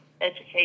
education